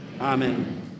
amen